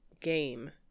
game